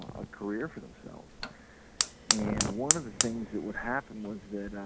a career for themselves and, one of the things that what happened was that,